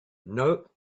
nope